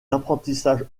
d’apprentissage